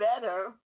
better